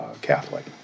Catholic